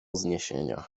zniesienia